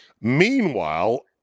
Meanwhile